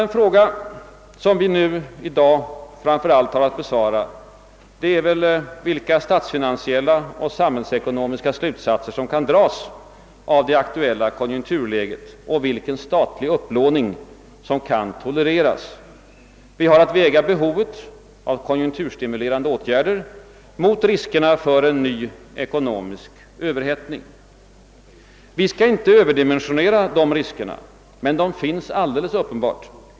Den fråga som vi i dag framför allt har att besvara är vilka statsfinansiella och samhällsekonomiska slutsatser som kan dras av det aktuella konjunkturläget och vilken statlig upplåning som kan tolereras. Vi har att väga behovet av konjunkturstimulerande åtgärder mot riskerna för en ny ekonomisk överhettning. Vi skall inte överdimensionera dessa risker, men de finns alldeles uppenbart.